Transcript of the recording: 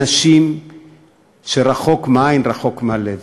אנשים ש"רחוק מהעין רחוק מהלב"